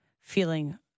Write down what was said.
feeling